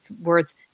words